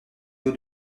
eaux